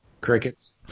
Crickets